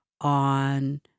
on